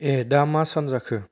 ऐ दा मा सान जाखो